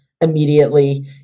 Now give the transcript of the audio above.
immediately